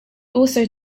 also